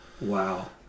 wow